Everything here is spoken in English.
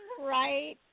right